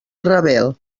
ravel